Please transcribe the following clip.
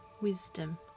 wisdom